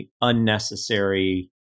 unnecessary